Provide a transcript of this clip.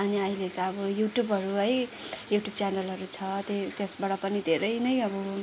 अनि अहिले त अब युट्युबहरू है युट्युब च्यानलहरू छ त्यही त्यसबाट पनि धेरै नै अब